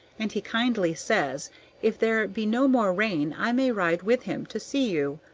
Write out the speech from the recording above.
and he kindly says if there be no more rain i may ride with him to see you.